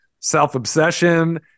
self-obsession